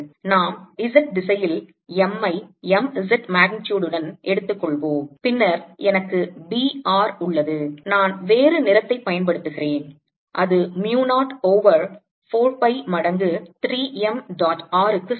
நாம் z திசையில் m ஐ m z magnitude உடன் எடுத்துக்கொள்வோம் பின்னர் எனக்கு B r உள்ளது நான் வேறு நிறத்தைப் பயன்படுத்துகிறேன் அது mu 0 ஓவர் 4 pi மடங்கு 3 m dot r க்கு சமம்